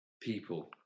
people